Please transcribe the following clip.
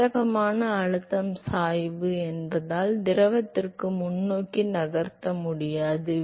பாதகமான அழுத்தம் சாய்வு என்பதால் திரவத்திற்கு முன்னோக்கி நகர்த்த முடியாது